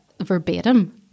verbatim